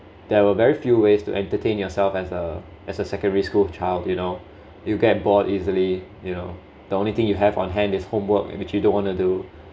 there were very few ways to entertain yourself as a as a secondary school child you know you get bored easily you know the only thing you have on hand is homework and which you don't wanna do